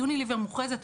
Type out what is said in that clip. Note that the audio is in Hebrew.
יוניליוור מוכרזת.